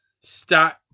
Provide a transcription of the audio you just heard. start